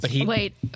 Wait